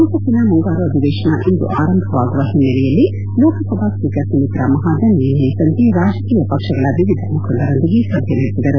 ಸಂಸತ್ತಿನ ಮುಂಗಾರು ಅಧಿವೇಶನ ಇಂದು ಆರಂಭವಾಗುವ ಓನ್ನೆಲೆಯಲ್ಲಿ ಲೋಕಸಭಾ ಸ್ವೀಕರ್ ಸುಮಿತ್ರಾ ಮಹಾಜನ್ ನಿನ್ನೆ ಸಂಜೆ ರಾಜಕೀಯ ಪಕ್ಷಗಳ ಮುಖಂಡರೊಂದಿಗೆ ಸಭೆ ನಡೆಸಿದರು